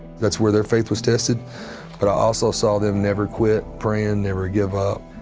that's where their faith was tested. but i also saw them never quit praying, never gave up.